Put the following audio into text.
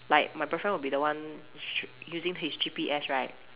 like my boyfriend will be the one sh~ using his G_P_S right